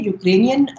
Ukrainian